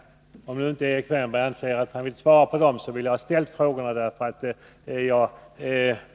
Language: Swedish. Även om Erik Wärnberg inte anser sig vilja svara på de här frågorna, ville jag ändå ställa dem.